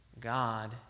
God